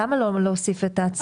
למה לא להוסיף את עצמאים?